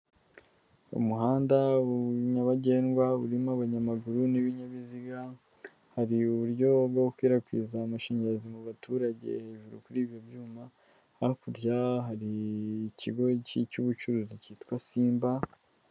Umuhanda nyabagendwa urimo abanyamaguru n'ibinyabiziga, hari uburyo bwo gukwirakwiza amashanyarazi mu baturage hejuru kuri ibyo byuma, hakurya hari ikigo cy'ubucuruzi cyitwa simba.